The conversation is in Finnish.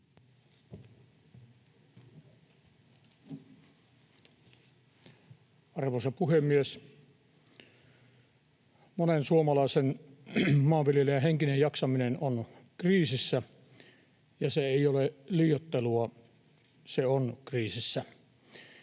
Arvoisa puhemies! Monen suomalaisen maanviljelijän henkinen jaksaminen on kriisissä, ja se ei ole liioittelua — se on kriisissä.